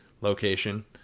location